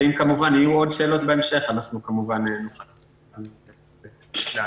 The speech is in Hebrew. וכמובן אם יהיו עוד שאלות בהמשך אנחנו נוכל לענות עליהן.